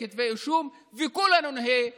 כתבי אישום וכולנו בנגב נהיה עבריינים.